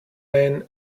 man